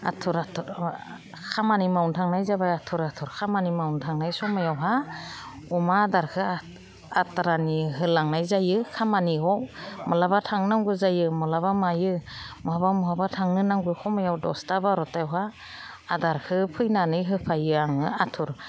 आथुर आथुर खामानि मावनो थांनाय जाबा आथुर आथुर खामानि मावनो थांनाय समायावहा अमा आदारखौ आद्रानि होलांनाय जायो खामानिखौ माब्लाबा थांनांगौ जायो माब्लाबा मायो बहाबा बहाबा थांनो नांगौ समाव दसता बार'तायावहा आदारखौ फैनानै होफैयो आङो आथुर